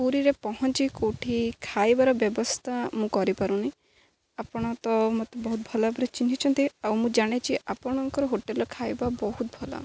ପୁରୀରେ ପହଁଞ୍ଚି କୋଉଠି ଖାଇବାର ବ୍ୟବସ୍ଥା ମୁଁ କରିପାରୁନି ଆପଣ ତ ମୋତେ ବହୁତ ଭଲ ଭାବରେ ଚିହ୍ନିଛନ୍ତି ଆଉ ମୁଁ ଜାଣିଛି ଆପଣଙ୍କର ହୋଟେଲ୍ର ଖାଇବା ବହୁତ ଭଲ